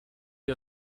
die